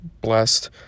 blessed